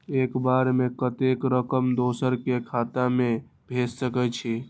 एक बार में कतेक रकम दोसर के खाता में भेज सकेछी?